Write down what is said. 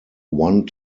one